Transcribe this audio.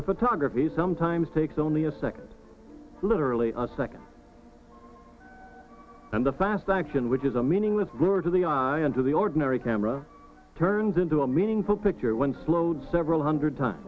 the photography sometimes takes only a second literally a second and a fast action which is a meaning with more to the eye and to the ordinary camera turns into a meaningful picture when slowed several hundred time